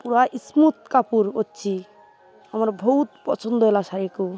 ପୁରା ସ୍ମୁଥ୍ ଅଛିି ଆମର ବହୁତ ପସନ୍ଦ ହେଲା ଶାଢ଼ୀକୁ